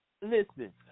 listen